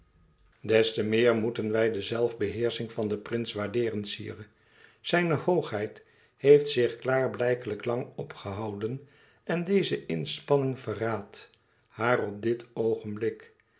des te meer moeten wij de zelf beheersching van den prins waardeeren sire zijne hoogheid heeft zich klaarblijkelijk lang opgehouden en deze inspanning verraadt haar op dit oogenblik